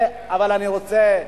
מולה,